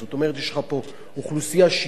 יש לך פה אוכלוסייה שהיא לא בת-גירוש,